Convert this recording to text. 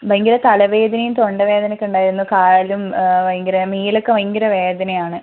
ഭയങ്കര തലവേദനയും തൊണ്ടവേദനയൊക്കെ ഉണ്ടായിരുന്നു കാലും ഭയങ്കര മേലൊക്കെ ഭയങ്കര വേദനയാണ്